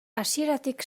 hasieratik